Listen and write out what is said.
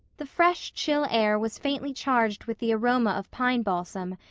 the fresh chill air was faintly charged with the aroma of pine balsam,